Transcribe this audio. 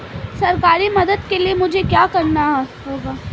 सरकारी मदद के लिए मुझे क्या करना होगा?